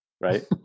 right